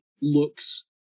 looks